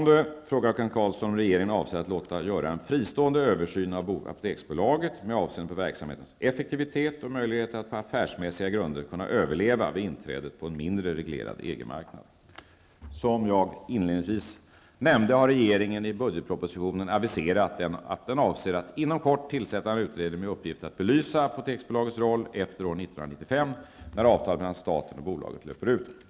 Kent Carlsson frågar om regeringen avser att låta göra en fristående översyn av Apoteksbolaget med avseende på verksamhetens effektivitet och möjligheter att på affärsmässiga grunder kunna överleva vid inträdet på en mindre reglerad EG Som jag inledningsvis nämnde har regeringen i budgetpropositionen aviserat att den avser att inom kort tillsätta en utredning med uppgift att belysa Apoteksbolagets roll efter år 1995 när avtalet mellan staten och bolaget löper ut.